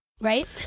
right